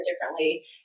differently